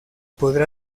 poder